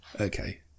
okay